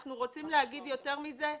אנחנו רוצים להגיד יותר מזה,